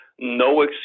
No